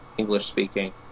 English-speaking